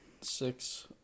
six